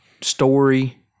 story